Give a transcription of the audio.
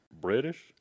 British